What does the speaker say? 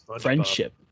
friendship